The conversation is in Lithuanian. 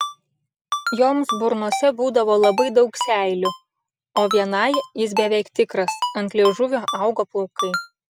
joms burnose būdavo labai daug seilių o vienai jis beveik tikras ant liežuvio augo plaukai